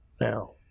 now